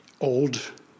old